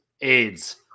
AIDS